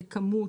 לכמות,